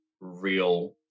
real